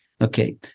Okay